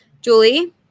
Julie